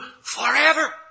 forever